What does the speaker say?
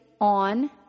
on